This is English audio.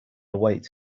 await